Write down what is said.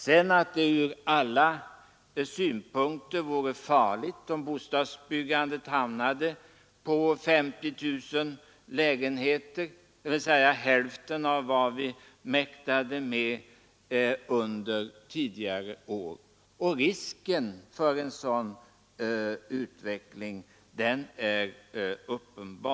Sedan kan man säga att det från alla synpunkter vore farligt om bostadsbyggandet hamnade på 50 000 lägenheter, dvs. hälften av vad vi mäktade med under tidigare år. Risken för en sådan utveckling är uppenbar.